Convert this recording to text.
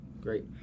Great